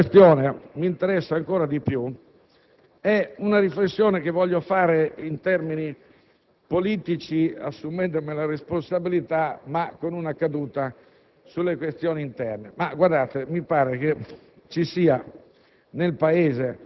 La seconda questione mi interessa ancora di più. È una riflessione che voglio fare in termini politici, assumendomene la responsabilità, ma con una ricaduta sulle questioni interne.